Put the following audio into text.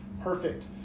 perfect